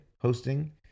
hosting